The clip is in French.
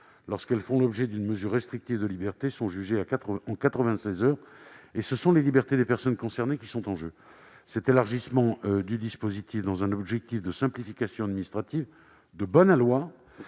lorsqu'elles s'accompagnent d'une mesure restrictive de liberté, sont jugées en quatre-vingt-seize heures et ce sont les libertés des personnes concernées qui sont en jeu. Cet élargissement du dispositif dans un objectif de simplification administrative de bon aloi